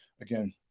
again